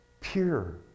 Pure